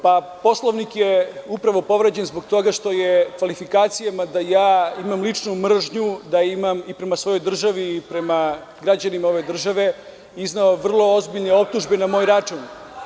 Poslovnik je upravo povređen zbog toga što je kvalifikacijama da ja imam ličnu mržnju, da imam i prema svojoj državi i prema građanima ove države, izneo vrlo ozbiljne optužbe na moj račun.